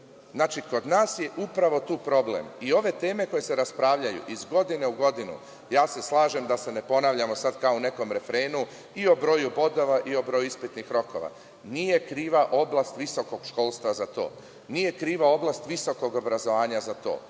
Znači, kod nas je upravo tu problem.I ove teme koje se raspravljaju iz godine u godinu, slažem se, da se ne ponavljamo po nekom refrenu, i o broju bodova i o broju ispitnih rokova. Nije kriva oblast visokog školstva za to, nije kriva oblast visokog obrazovanja za to,